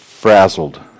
frazzled